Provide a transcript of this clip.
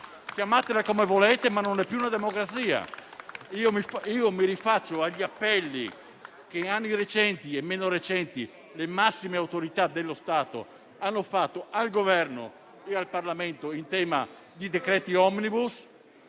chiamatela come volete, ma non è più tale. Mi rifaccio agli appelli che in anni recenti e meno recenti le massime autorità dello Stato hanno rivolto al Governo e al Parlamento in tema di decreti-legge *omnibus*